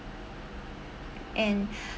and